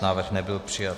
Návrh nebyl přijat.